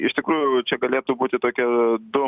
iš tikrųjų čia galėtų būti tokie du